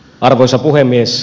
arvoisa puhemies